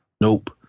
Nope